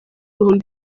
ibihumbi